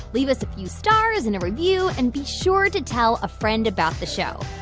leave us a few stars and a review and be sure to tell a friend about the show.